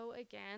again